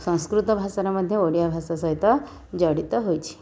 ସଂସ୍କୃତ ଭାଷାରେ ମଧ୍ୟ ଓଡ଼ିଆ ଭାଷା ସହିତ ଜଡ଼ିତ ହୋଇଛି